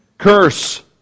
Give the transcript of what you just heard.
Curse